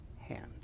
hand